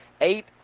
Eight